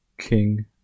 King